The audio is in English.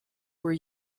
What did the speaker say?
were